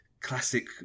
classic